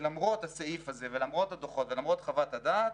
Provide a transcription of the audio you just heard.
שלמרות הסעיף הזה ולמרות הדוחות ולמרות חוות הדעת,